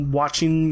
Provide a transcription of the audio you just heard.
watching